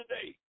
today